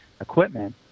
equipment